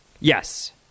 Yes